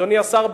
אדוני השר,